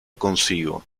consigo